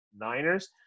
Niners